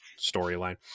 storyline